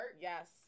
Yes